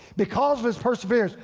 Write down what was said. because of his perseverance,